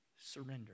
surrender